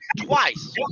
twice